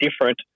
different